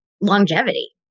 longevity